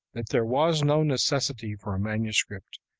that there was no necessity for a manuscript,